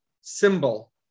symbol